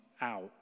out